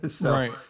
Right